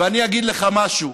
ואני אגיד לך משהו.